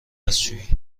دستشویی